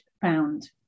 found